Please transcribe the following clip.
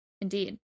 Indeed